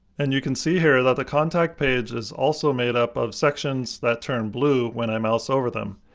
and you can see here that the contact page is also made up of sections that turn blue when i mouse over them.